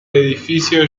edificio